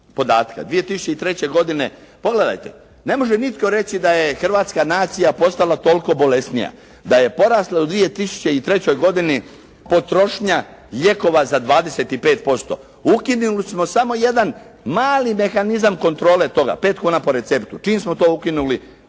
podatka. 2003. godine pogledajte, ne može nitko reći da je hrvatska nacija postala toliko bolesnija, da je porasla u 2003. godini potrošnja lijekova za 25%. Ukinuli smo samo jedan mali mehanizam kontrole toga, 5 kuna po receptu. Čim smo to ukinuli